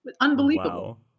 Unbelievable